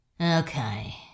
Okay